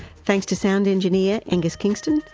thanks to sound engineer angus kingston,